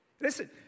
Listen